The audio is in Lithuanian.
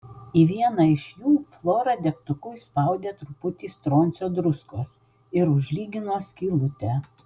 į vieną iš jų flora degtuku įspaudė truputį stroncio druskos ir užlygino skylutę